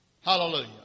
Hallelujah